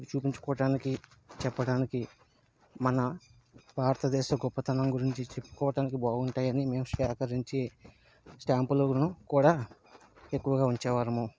ఇవి చూపించుకోవటానికి చెప్పటానికి మన భారతదేశ గొప్పతనం గురించి చెప్పుకోవడానికి బాగుంటాయని మేము సేకరించి స్టాంపులను కూడా ఎక్కువగా ఉంచేవారము